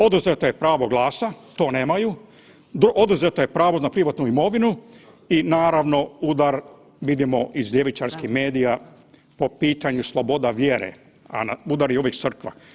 Oduzeto je pravo glasa, to nemaju, oduzeto je pravo na privatnu imovinu i naravno udar vidimo iz ljevičarskih medija po pitanju sloboda vjere, udari ovih crkva.